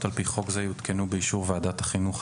על פי חוק זה יותקנו באישור ועדת החינוך,